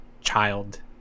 child